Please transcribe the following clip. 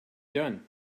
done